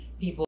People